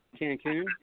Cancun